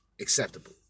acceptable